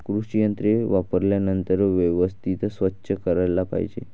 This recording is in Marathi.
कृषी यंत्रे वापरल्यानंतर व्यवस्थित स्वच्छ करायला पाहिजे